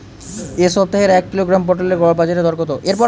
এ সপ্তাহের এক কিলোগ্রাম পটলের গড় বাজারে দর কত?